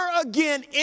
again